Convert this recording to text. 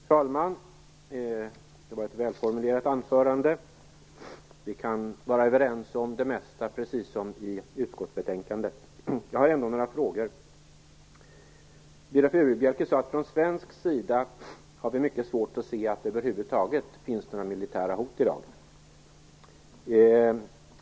Herr talman! Viola Furubjelkes anförande var välformulerat. Vi kan vara överens om det mesta, precis som vi är i utskottsbetänkandet. Jag har ändå några frågor. Viola Furubjelke sade att från svensk sida har vi mycket svårt att se att det över huvud taget finns några militära hot i dag.